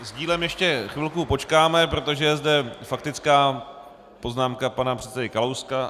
S dílem ještě chvilku počkáme, protože je zde faktická poznámka pana předsedy Kalouska.